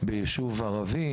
ביישוב ערבי,